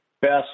best